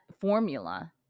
formula